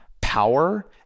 power